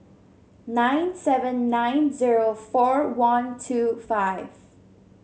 nine seven nine zero four one two five